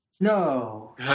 No